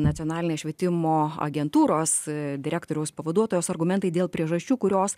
nacionalinės švietimo agentūros direktoriaus pavaduotojos argumentai dėl priežasčių kurios